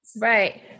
right